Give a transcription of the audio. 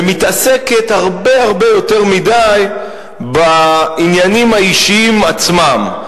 ומתעסקת הרבה הרבה יותר מדי בעניינים האישיים עצמם,